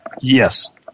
Yes